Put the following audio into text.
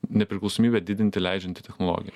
nepriklausomybę didinti leidžianti technologija